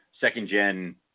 second-gen